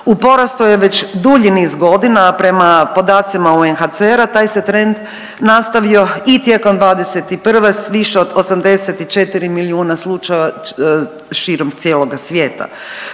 porastu je već dulji niz godina, a prema podacima UNHCR-a taj se trend nastavio i tijekom 2021. sa više od 84 milijuna slučajeva širom cijeloga svijeta.